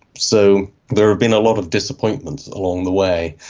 so there have been a lot of disappointments along the way.